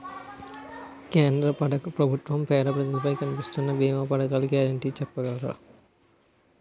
కేంద్ర ప్రభుత్వం పేద ప్రజలకై కలిపిస్తున్న భీమా పథకాల గ్యారంటీ చెప్పగలరా?